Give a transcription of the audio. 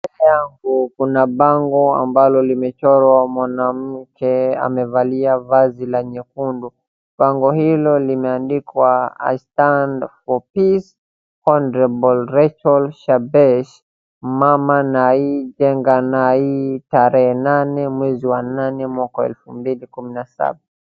Mbele yangu kuna bango ambalo limechorwa mwanamke amevalia vazi la nyekundu, bango hilo limeandikwa I stand for peace Hon Rachael Shebesh Mama Nai, Jenga Nai, tarehe nane mwezi wa nane mwaka wa elfu mbili kumi na saba.